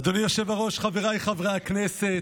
אדוני היושב-ראש, חבריי חברי הכנסת,